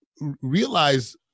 realize